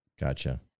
gotcha